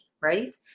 right